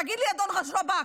תגיד לי אדון ראש השב"כ,